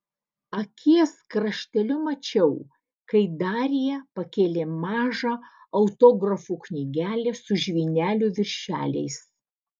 akies krašteliu mačiau kai darija pakėlė mažą autografų knygelę su žvynelių viršeliais